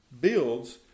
builds